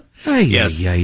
Yes